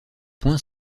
point